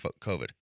COVID